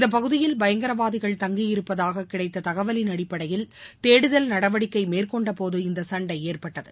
இந்தப் பகுதியில் பயங்கரவாதிகள் தங்கியிருப்பதாக கிடைத்த தகவல் அடிப்படையில் தேடுதல் நடவடிக்கை மேற்கொண்டபோது இந்த சண்டை ஏற்பட்டது